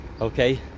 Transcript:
Okay